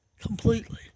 Completely